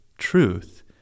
Truth